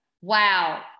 Wow